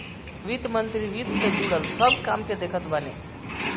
वित्त मंत्री वित्त से जुड़ल सब काम के देखत बाने